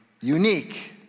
unique